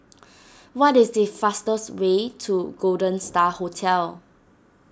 what is the fastest way to Golden Star Hotel